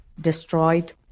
destroyed